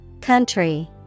Country